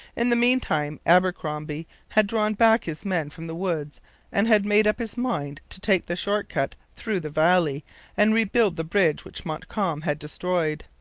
in the meantime abercromby had drawn back his men from the woods and had made up his mind to take the short cut through the valley and rebuild the bridge which montcalm had destroyed.